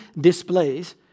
displays